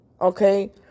okay